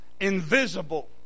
invisible